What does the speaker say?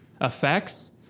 effects